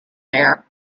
there